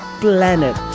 planet